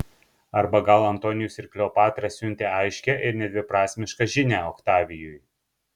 arba gal antonijus ir kleopatra siuntė aiškią ir nedviprasmišką žinią oktavijui